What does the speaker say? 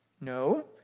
No